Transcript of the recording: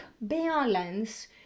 balance